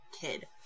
kid